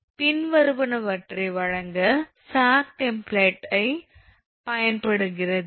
பின்வருவனவற்றை வழங்க சாக் டெம்ப்ளேட்டை பயன்படுகிறது 1